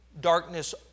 darkness